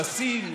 "אפסים",